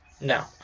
No